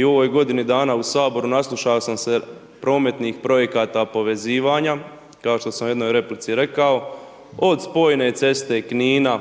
i u ovoj godini dana u Saboru nasluša' sam se prometnih projekata povezivanja, kao što sam u jednoj replici rekao, od spojne ceste Knina,